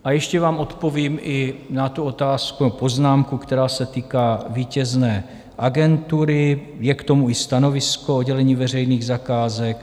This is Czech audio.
A ještě vám odpovím i na tu otázku nebo poznámku, která se týká vítězné agentury, je k tomu i stanovisko oddělení veřejných zakázek.